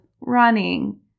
running